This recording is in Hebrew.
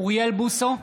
אוריאל בוסו,